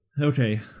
Okay